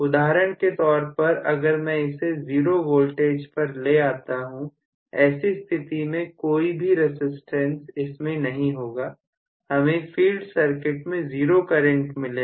उदाहरण के तौर पर अगर मैं इसे 0 वोल्टेज पर ले आता हूं ऐसी स्थिति में कोई भी रसिस्टेंस इसमें नहीं होगा हमें फील्ड सर्किट में 0 करंट मिलेगा